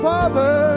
Father